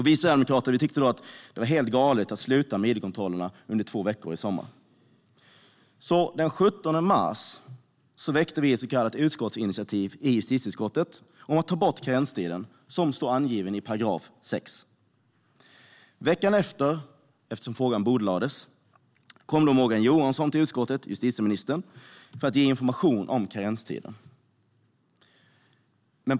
Vi sverigedemokrater tyckte att det var helt galet att sluta med id-kontrollerna under två veckor i sommar. Den 17 mars väckte vi därför ett så kallat utskottsinitiativ i justitieutskottet om att ta bort karenstiden som står angiven i 6 §. Frågan bordlades. Veckan efter kom justitieminister Morgan Johansson till utskottet för att informera om karenstiden.